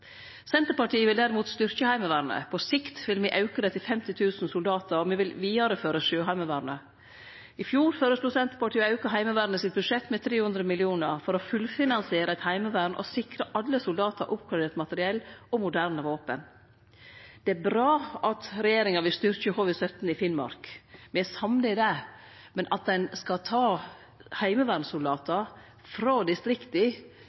Senterpartiet vil derimot styrkje Heimevernet. På sikt vil me auke det til 50 000 soldatar, og me vil vidareføre Sjøheimevernet. I fjor føreslo Senterpartiet å auke budsjettet til Heimevernet med 300 mill. kr for å fullfinansiere eit heimevern og sikre alle soldatar oppgradert materiell og moderne våpen. Det er bra at regjeringa vil styrkje HV-17 i Finnmark, me er samde i det, men at ein skal ta heimevernssoldatar frå distrikta